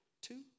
Two